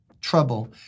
trouble